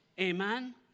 Amen